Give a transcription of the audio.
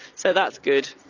so that's good.